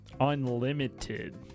Unlimited